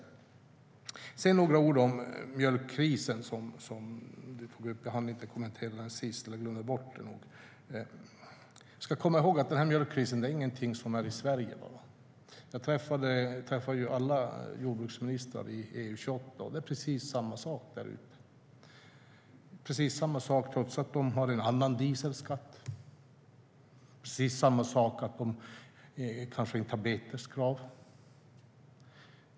Jag ska säga några ord om mjölkkrisen, som jag glömde att kommentera. Vi ska komma ihåg att mjölkkrisen inte är någonting som enbart finns i Sverige. Jag träffar ju alla jordbruksministrar i EU 28, och det är precis samma sak där ute. Det är precis samma sak trots att de har en annan dieselskatt och kanske inga beteskrav.